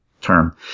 term